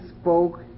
spoke